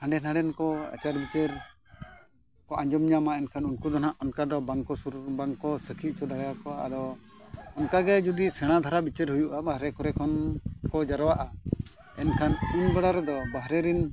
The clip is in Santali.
ᱦᱟᱸᱰᱮ ᱱᱟᱰᱮᱱ ᱠᱚ ᱟᱪᱟᱨ ᱵᱤᱪᱟᱹᱨ ᱠᱚ ᱟᱸᱡᱚᱢ ᱧᱟᱢᱟ ᱮᱱᱠᱷᱟᱱ ᱩᱱᱠᱩ ᱫᱚ ᱦᱟᱸᱜ ᱚᱱᱠᱟ ᱫᱚ ᱵᱟᱝᱠᱚ ᱥᱟᱹᱠᱷᱤ ᱦᱚᱪᱚ ᱞᱟᱜᱟᱣ ᱠᱚᱣᱟ ᱟᱫᱚ ᱚᱱᱠᱟ ᱜᱮ ᱡᱩᱫᱤ ᱥᱮᱬᱟ ᱫᱷᱟᱨᱟ ᱵᱤᱪᱟᱹᱨ ᱦᱩᱭᱩᱜᱼᱟ ᱵᱟᱦᱨᱮ ᱠᱚᱨᱮ ᱠᱷᱚᱱ ᱠᱚ ᱡᱟᱨᱣᱟᱜᱼᱟ ᱮᱱᱠᱷᱟᱱ ᱩᱱ ᱵᱮᱲᱟ ᱨᱮᱫᱚ ᱵᱟᱦᱨᱮ ᱨᱮᱱ